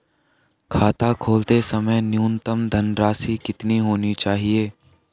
खाता खोलते समय न्यूनतम धनराशि कितनी होनी चाहिए?